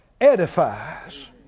edifies